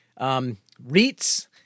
REITs